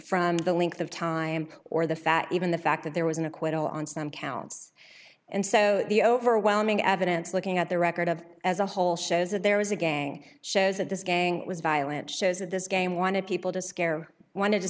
from the length of time or the fat even the fact that there was an acquittal on some counts and so the overwhelming evidence looking at the record of as a whole shows that there was a gang shows that this gang was violent shows that this game wanted people to scare wanted to